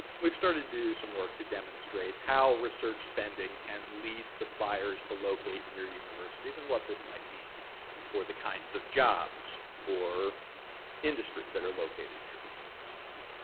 we've started to do some work to demonstrate how research spending can lead suppliers to locate near universities and what this might mean for the kinds of jobs or industry that are located near the universities.